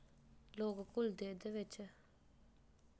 लोक घुलदे ओह्दे बिच्च